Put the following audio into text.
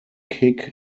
kick